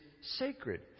sacred